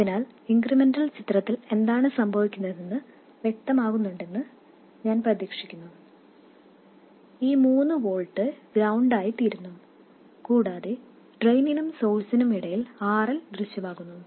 അതിനാൽ ഇൻക്രിമെന്റൽ ചിത്രത്തിൽ എന്താണ് സംഭവിക്കുന്നതെന്ന് വ്യക്തമാകുന്നുണ്ടെന്ന് ഞാൻ പ്രതീക്ഷിക്കുന്നു ഈ മൂന്ന് വോൾട്ട് ഗ്രൌണ്ട് ആയി തീരുന്നു കൂടാതെ ഡ്രെയിനിനും സോഴ്സിനും ഇടയിൽ RL ദൃശ്യമാകുന്നു